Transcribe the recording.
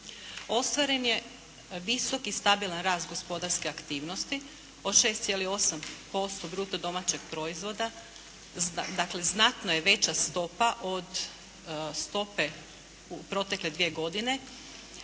Ostvaren je visok i stabilan rast gospodarske aktivnosti od 6,8 bruto domaćeg proizvoda. Dakle, znatno je veća stopa od stope u protekle dvije godine.